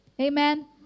Amen